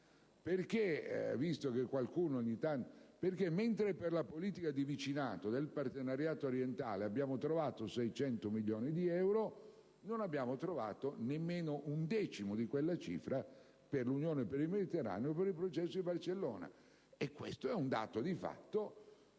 è anche questo. Infatti, mentre per la politica di vicinato del partenariato orientale abbiamo trovato 600 milioni di euro, non abbiamo trovato neppure un decimo di tale cifra per l'Unione per il Mediterraneo e per il Processo di Barcellona. Questo è un dato di fatto